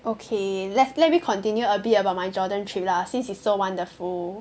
okay let's let me continue a bit about my Jordan trip lah since it's so wonderful